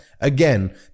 Again